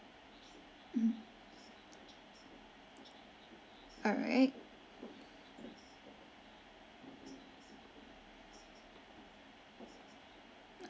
mm alright